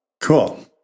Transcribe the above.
Cool